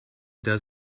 does